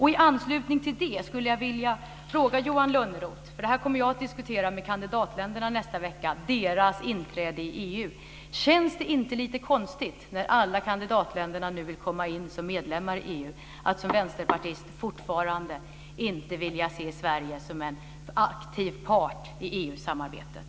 I anslutning till detta vill jag ställa en fråga till Johan Lönnroth, eftersom jag kommer att diskutera med kandidatländerna nästa vecka deras inträde i EU. Känns det inte lite konstigt när nu alla kandidatländer vill komma med som medlemmar i EU, att som vänsterpartist fortfarande inte vilja se Sverige som en aktiv part i EU-samarbetet?